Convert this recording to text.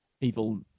evil